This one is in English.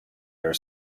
are